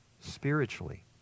spiritually